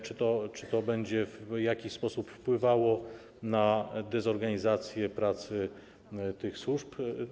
Czy to będzie w jakiś sposób wpływało na dezorganizację pracy tych służb?